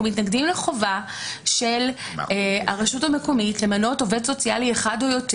אנחנו מתנגדים לחובה של הרשות המקומית למנות עובד סוציאלי אחד או יותר.